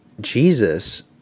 Jesus